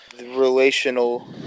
relational